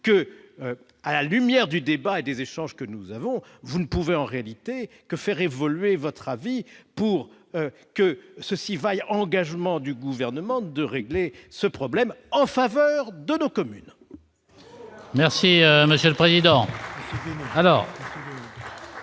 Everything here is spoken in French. que, à la lumière du débat et des échanges que nous avons, vous ne pouvez que faire évoluer votre avis pour que celui-ci vaille engagement du Gouvernement à régler ce problème en faveur de nos communes. La parole est